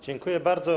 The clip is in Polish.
Dziękuję bardzo.